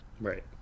Right